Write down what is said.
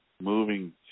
moving